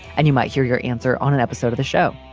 and you might hear your answer on an episode of the show.